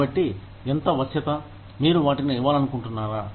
కాబట్టి ఎంత వశ్యత మీరు వాటిని ఇవ్వాలనుకుంటున్నారా